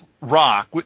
rock